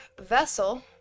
vessel